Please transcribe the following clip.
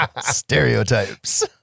Stereotypes